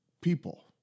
people